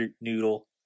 noodle